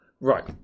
Right